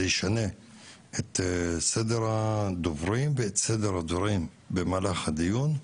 ישנה את סדר הדוברים ואת סדר הדברים במהלך הדיון.